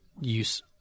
use